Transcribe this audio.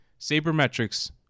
Sabermetrics